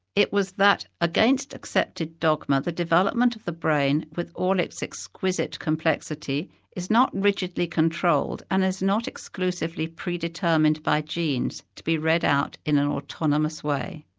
it was that, against the accepted dogma, the development of the brain with all its exquisite complexity is not rigidly controlled and is not exclusively predetermined by genes to be read out in an autonomous way.